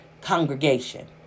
congregation